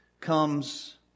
comes